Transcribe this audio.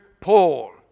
Paul